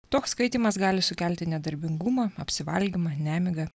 toks skaitymas gali sukelti nedarbingumą apsivalgymą nemigą